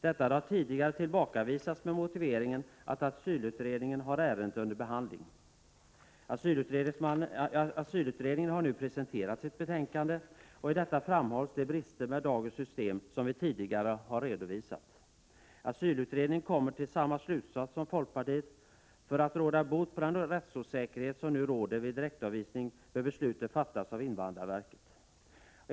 Det har tillbakavisats med motiveringen att asylutredningen har ärendet under behandling. Asylutredningen har nu presenterat sitt betänkande. I detta framhålls de brister med dagens system som vi tidigare har redovisat. Asylutredningen kommer till samma slutsats som folkpartiet och säger att beslut bör fattas av invandrarverket för att råda bot på den rättsosäkerhet som nu råder vid direktavvisningar.